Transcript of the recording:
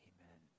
Amen